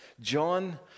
John